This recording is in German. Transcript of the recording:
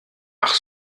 ach